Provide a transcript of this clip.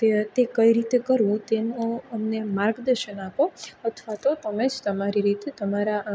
તે તે કઈ રીતે કરવું તેનું અમને માર્ગદર્શન આપો અથવા તો તમે જ તમારી રીતે તમારા